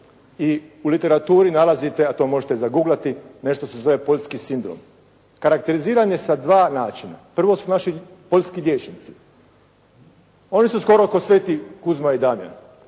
i u literaturi nalazite i to možete zaguglati, nešto se zove poljski sindrom. Karakteriziranje sa dva načina. Prvo su naši poljski liječnici. Oni su skoro ko sv. Kuzma i Damjan,